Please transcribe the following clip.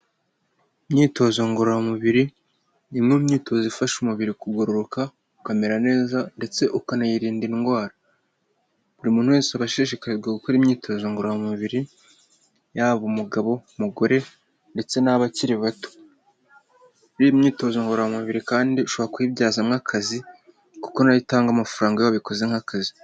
Imyitozo ngororamubiri, ni umwe mu myitozo ifasha umubiri kugororoka ukamera neza ndetse ukanayirinda indwara. Buri muntu wese washishikarizwa gukora imyitozo ngororamubiri, yaba umugabo, umugore ndetse n'abakiri bato. Imyitozo ngororamubiri kandi ushobora kuyibyaza akazi kuko nayo itanga amafaranga, iyo wabikoze nk'akazi.